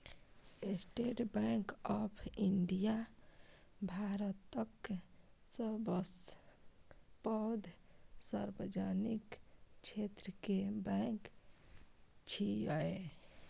state Bank of India भारतक सबसं पैघ सार्वजनिक क्षेत्र के बैंक छियै